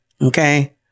okay